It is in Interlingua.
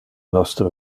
nostre